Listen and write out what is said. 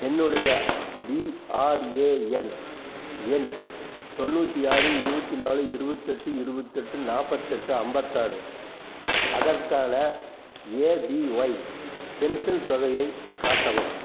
என்னுடைய பிஆர்ஏஎன் எண் தொண்ணூற்றி ஆறு இருபத்தி நாலு இருபத்தெட்டு இருபத்தெட்டு நாற்பத்தெட்டு ஐம்பத்தாறு அதற்கான ஏபிஒய் பென்ஷன் தொகையைக் காட்டவும்